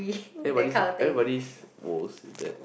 everybody's everybody's woes is that